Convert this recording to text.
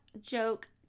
Joke